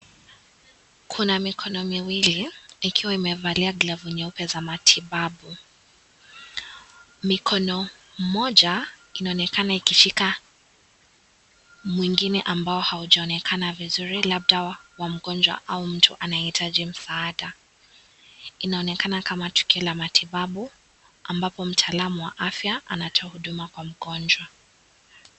Kuna mikono miwili ikiwa imevalia glovu nyeupe za matibabu. Mkono mmoja inaonekana ikishika mwingine ambayo haijaonekana vizuri labda wa mgonjwa au mtu anayehitaji msaada. Inaonekana kama tukio la matibabu ambapo mtaalamu wa afya anatoa huduma kwa mgonjwa.